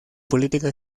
política